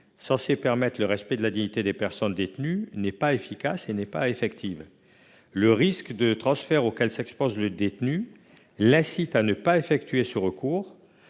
censée permettre le respect de la dignité des personnes détenues, n'est pas efficace et n'est pas effective. Le risque de transfert auquel s'expose le détenu l'incite à ne pas effectuer ce recours,